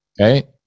Okay